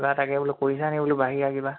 কিবা তাকে বোলো কৰিছানি বোলো বাহিবা কিবা